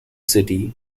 city